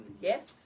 yes